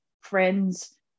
friends